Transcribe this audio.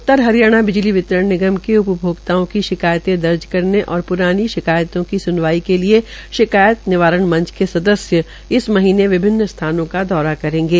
उत्तर हरियाणा बिजली वितरण निगम के उपभोक्ताओं की शिकातय दर्ज करने और प्रानी शिकायतों की सुनवाई के लिए शिकायत निवारण मंच के सदस्य हर महीने विभिन्न स्थानों का दौरा करेंगे